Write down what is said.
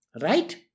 Right